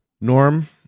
Norm